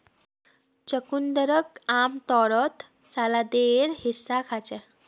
चुकंदरक आमतौरत सलादेर हिस्सा खा छेक